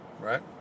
Right